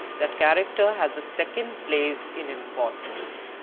that character has the second place in importance,